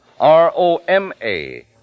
R-O-M-A